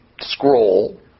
scroll